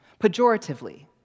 pejoratively